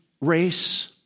race